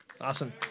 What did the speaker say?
Awesome